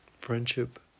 friendship